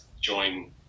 join